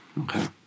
Okay